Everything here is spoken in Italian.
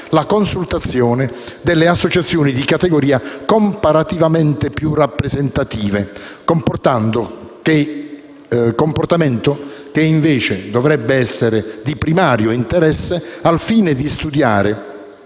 la consultazione delle associazioni di categoria comparativamente più rappresentative, comportamento che invece dovrebbe essere di primario interesse al fine di studiare,